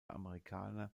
amerikaner